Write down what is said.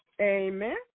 Amen